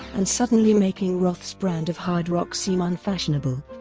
and suddenly making roth's brand of hard rock seem unfashionable.